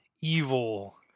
evil